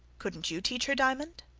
couldn't you teach her, diamond?